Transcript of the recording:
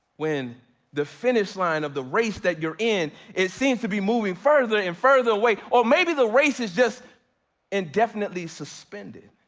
when the finish line of the race that you're in, it seems to be moving further and further away, or maybe the race is just indefinitely suspended?